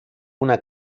una